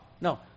No